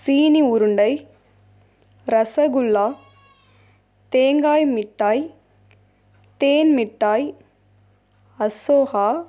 சீனி உருண்டை ரசகுல்லா தேங்காய் மிட்டாய் தேன் மிட்டாய் அசோகா